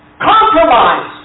Compromise